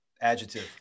adjective